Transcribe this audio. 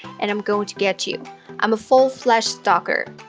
and i'm going to get you i'm a full-fledged stalker.